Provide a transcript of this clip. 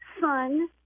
son